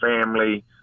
family